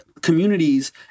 communities